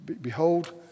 Behold